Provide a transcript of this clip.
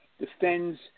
defends